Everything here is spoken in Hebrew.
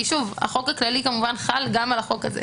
כי החוק הכללי כמובן חל גם על החוק הזה.